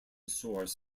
source